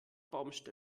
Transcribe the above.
baumstämmen